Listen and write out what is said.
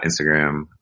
instagram